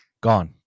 gone